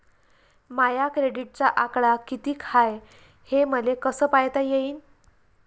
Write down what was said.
माया क्रेडिटचा आकडा कितीक हाय हे मले कस पायता येईन?